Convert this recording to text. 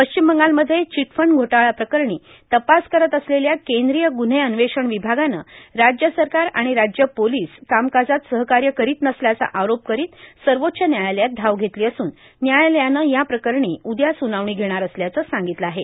पश्चिम बंगालमध्ये चिटफंड घोटाळ्याप्रकरणी तपास करत असलेल्या केंद्रीय ग्रव्हे अन्वेषण विभागानं राज्य सरकार आणि राज्य पोलीस कामकाजात सहकार्य करीत नसल्याचा आरोप करीत सर्वोच्च व्यायालयात धाव घेतली असून व्यायालयानं या प्रकरणी उद्या सुनावणी घेणार असल्याचं सांगितलं आहे